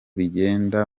bigenda